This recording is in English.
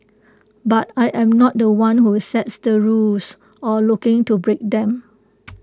but I am not The One who sets the rules or looking to break them